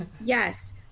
Yes